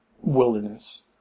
wilderness